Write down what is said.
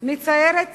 מציירת